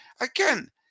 again